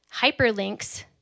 hyperlinks